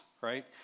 right